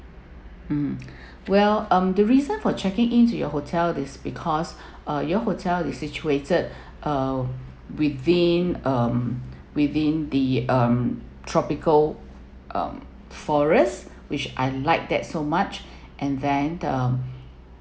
um well um the reason for checking in to your hotel is because ah your hotel is situated uh within um within the um tropical um forest which I liked that so much and then um